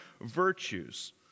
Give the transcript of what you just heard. virtues